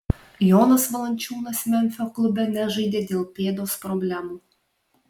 jonas valančiūnas memfio klube nežaidė dėl pėdos problemų